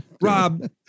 Rob